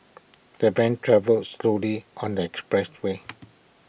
the van travelled slowly on the expressway